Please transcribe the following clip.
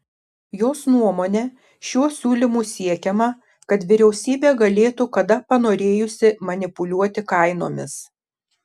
jos nuomone šiuo siūlymu siekiama kad vyriausybė galėtų kada panorėjusi manipuliuoti kainomis